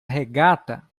regata